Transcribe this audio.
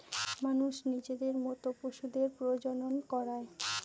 মানুষ নিজের মত পশুদের প্রজনন করায়